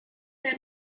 them